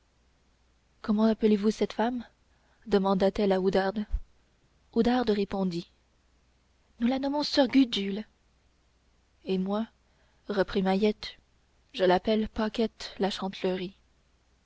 comment appelez-vous cette femme demanda-t-elle à oudarde oudarde répondit nous la nommons soeur gudule et moi reprit mahiette je l'appelle paquette